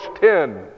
ten